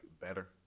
better